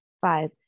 Five